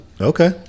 Okay